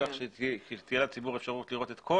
כך שתהיה לציבור אפשרות לראות את כל